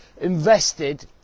invested